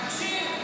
תקשיב.